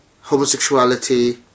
homosexuality